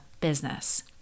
business